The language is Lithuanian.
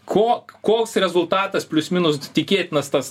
kok koks rezultatas plius minus tikėtinas tas